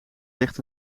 ligt